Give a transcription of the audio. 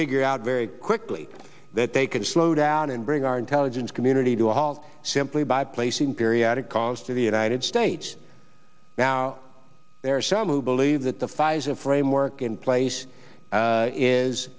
figure out very quickly that they could slow down and bring our intelligence community to a halt simply by placing periodic cause to the united states now there are some who believe that the fires and framework in place